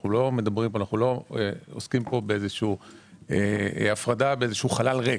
כלומר, אנחנו לא עוסקים כאן באיזשהו חלל ריק.